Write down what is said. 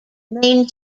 main